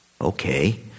okay